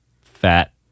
fat